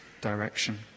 direction